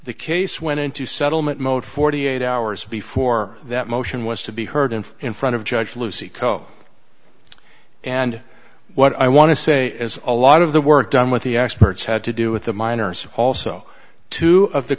the case went into settlement mode forty eight hours before that motion was to be heard and in front of judge lucy company and what i want to say as a lot of the work done with the experts had to do with the miners also two of the